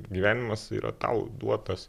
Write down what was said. gyvenimas yra tau duotas